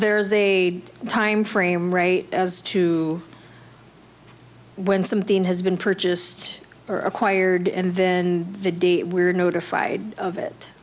there is a time frame right as to when something has been purchased or acquired and in the day we're notified of it